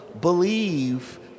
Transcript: believe